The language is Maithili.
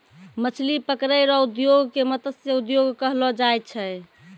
मछली पकड़ै रो उद्योग के मतस्य उद्योग कहलो जाय छै